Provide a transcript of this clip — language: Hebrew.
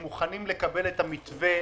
מוכנים לקבל את המתווה